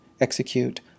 execute